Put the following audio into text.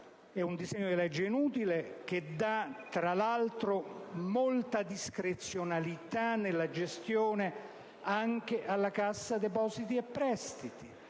è un disegno di legge inutile che offre, tra l'altro, molta discrezionalità nella gestione anche alla Cassa depositi e prestiti.